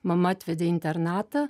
mama atvedė į internatą